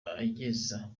ageza